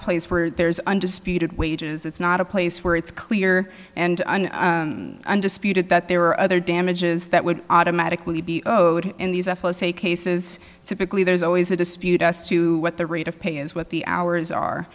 a place where there's undisputed wages it's not a place where it's clear and undisputed that there are other damages that would automatically be in these cases typically there's always a dispute as to what the rate of pay is what the hours are